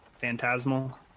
phantasmal